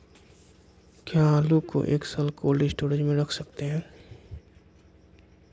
क्या आलू को एक साल कोल्ड स्टोरेज में रख सकते हैं?